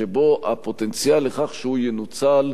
שבו הפוטנציאל לכך שהוא ינוצל,